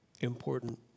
important